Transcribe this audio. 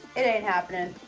it ain't happening.